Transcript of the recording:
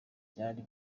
byari